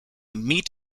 meet